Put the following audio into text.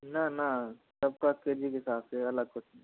ना ना सब का के जी के हिसाब से है अलग कुछ नहीं है